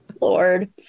Lord